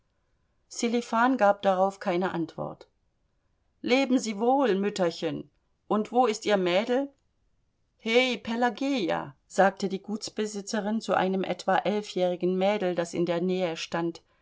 sselifan gab darauf keine antwort leben sie wohl mütterchen und wo ist ihr mädel he pelageja sagte die gutsbesitzerin zu einem etwa elfjährigen mädel das in der nähe stand